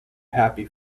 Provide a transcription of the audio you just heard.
happy